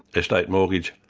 estate mortgage,